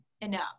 enough